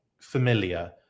familiar